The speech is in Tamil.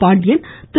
பாண்டியன் திரு